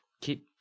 keep